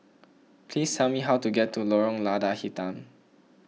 please tell me how to get to Lorong Lada Hitam